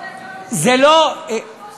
צריך